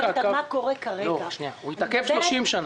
והבטיחות בדרכים בצלאל סמוטריץ': הוא לא מתעכב בכלל.